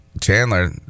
Chandler